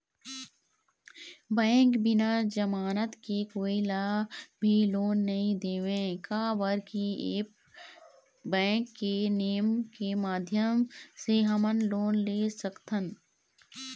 Bank बिना जमानत के कोई ला भी लोन नहीं देवे का बर की ऐप बैंक के नेम के माध्यम से हमन लोन ले सकथन?